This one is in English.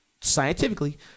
scientifically